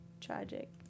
tragic